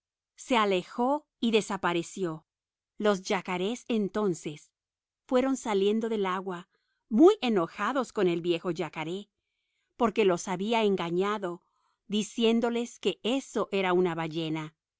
se alejó y desapareció los yacarés entonces fueron saliendo del agua muy enojados con el viejo yacaré porque los había engañado diciéndoles que eso era una ballena